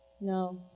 No